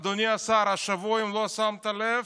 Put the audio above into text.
אדוני השר, השבוע, אם לא שמת לב,